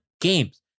games